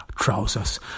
trousers